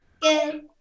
Good